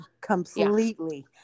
Completely